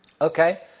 Okay